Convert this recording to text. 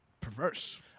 perverse